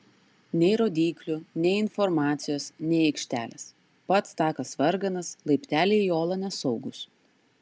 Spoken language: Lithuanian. nei rodyklių nei informacijos nei aikštelės pats takas varganas laipteliai į olą nesaugūs